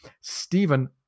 Stephen